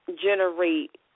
generate